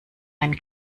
ein